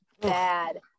bad